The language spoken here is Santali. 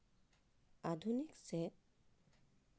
ᱟᱹᱫᱷᱩᱱᱤᱠ ᱥᱮ